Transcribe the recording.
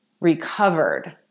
recovered